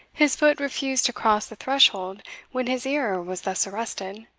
his foot refused to cross the threshold when his ear was thus arrested,